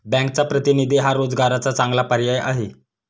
बँकचा प्रतिनिधी हा रोजगाराचा चांगला पर्याय आहे